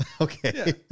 okay